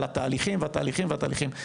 על התהליכים והתהליכים והתהליכים,